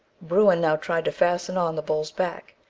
bruin now tried to fasten on the bull's back,